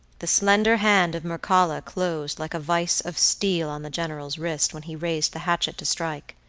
the slender hand of mircalla closed like a vice of steel on the general's wrist when he raised the hatchet to strike.